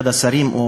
אחד השרים,